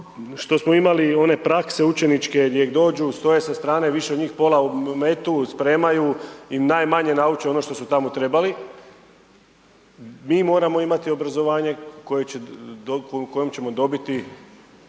što smo imali one prakse učeničke gdje dođu, stoje sa strane, više njih pola metu, spremaju i najmanje nauče ono što su tamo trebali. Mi moramo imati obrazovanje koje će, u